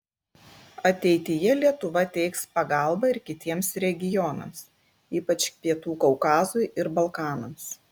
ateityje lietuva teiks pagalbą ir kitiems regionams ypač pietų kaukazui ir balkanams